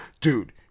dude